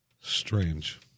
Strange